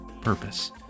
purpose